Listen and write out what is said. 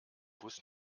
bus